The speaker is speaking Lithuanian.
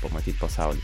pamatyt pasaulį